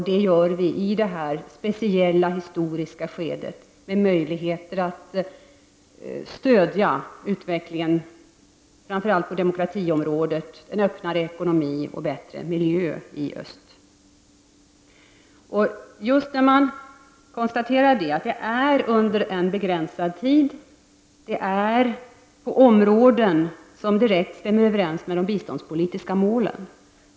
Det gör vi under detta speciella historiska skede som ger möjligheter att stödja utvecklingen framför allt på demokratiområdet och arbeta för en öppnare ekonomi och för bättre miljö i öst. Man kan konstatera att detta sker under en begränsad tid och på områden som stämmer överens med de biståndspolitiska målen.